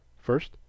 first